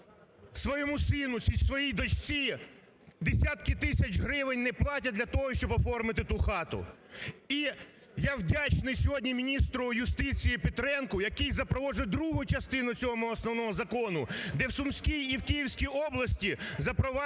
своєму сину, своїй дочці десятки тисяч гривень не платять для того, щоб оформити ту хату. І я вдячний сьогодні міністру юстиції Петренку, який запроваджує другу частину цього мого, основного закону, де в Сумській і в Київській області запроваджені